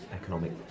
economic